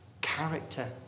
character